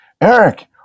eric